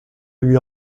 lui